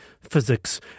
Physics